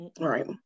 right